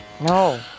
No